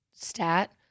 stat